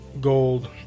gold